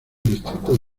distrito